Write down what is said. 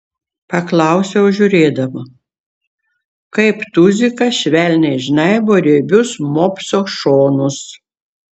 paklausiau žiūrėdama kaip tuzikas švelniai žnaibo riebius mopso šonus